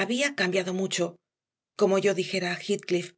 había cambiado mucho como yo dijera a heathcliff